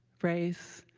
race,